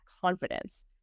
confidence